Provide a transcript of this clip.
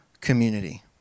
community